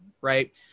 right